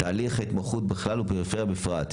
תהליך ההתמחות בכלל ובפריפריה בפרט,